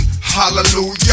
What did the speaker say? hallelujah